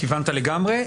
כיוונת לגמרי.